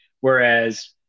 Whereas